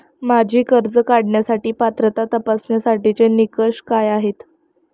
माझी कर्ज काढण्यासाठी पात्रता तपासण्यासाठीचे निकष काय आहेत?